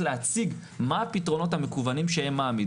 נשמע לי מעט מדי.